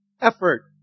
effort